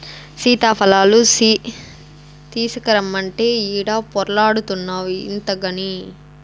సీతాఫలాలు తీసకరమ్మంటే ఈడ పొర్లాడతాన్డావు ఇంతగని